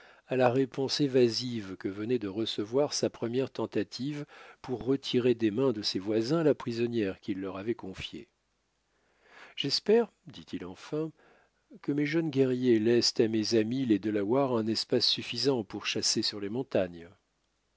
à la réponse évasive que venait de recevoir sa première tentative pour retirer des mains de ses voisins la prisonnière qu'il leur avait confiée j'espère dit-il enfin que mes jeunes guerriers laissent à mes amis les delawares un espace suffisant pour chasser sur les montagnes